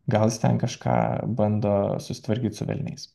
gal jis ten kažką bando susitvarkyt su velniais